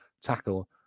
tackle